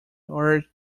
orange